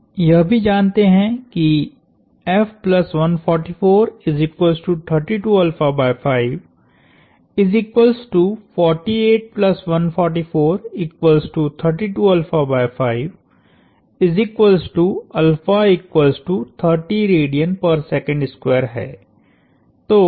हम यह भी जानते हैं कि है